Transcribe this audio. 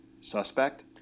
Suspect